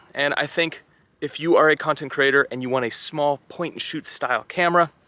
and i think if you are a content creator and you want a small, point and shoot style camera,